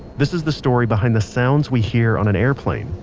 this is the story behind the sounds we hear on an airplane,